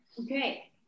Okay